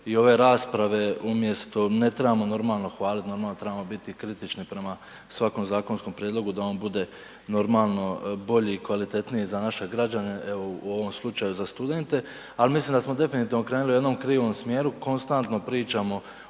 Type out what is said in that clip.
i ove rasprave umjesto, ne trebamo normalno hvaliti, normalno da trebamo kritični prema svakom zakonskom prijedlogu, da on bude normalno bolji i kvalitetniji za naše građane, evo u ovom slučaju za studente ali mislim da smo definitivno krenuli u jednom krivom smjeru, konstantno pričamo